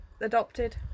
Adopted